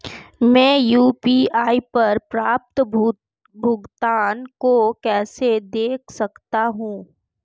मैं यू.पी.आई पर प्राप्त भुगतान को कैसे देख सकता हूं?